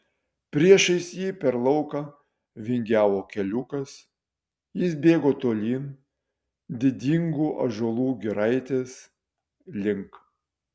priešais jį per lauką vingiavo keliukas jis bėgo tolyn didingų ąžuolų giraitės link